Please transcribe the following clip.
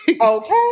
Okay